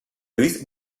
luis